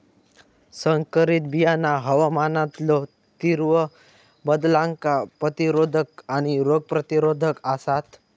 संकरित बियाणा हवामानातलो तीव्र बदलांका प्रतिरोधक आणि रोग प्रतिरोधक आसात